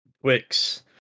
Twix